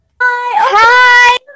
Hi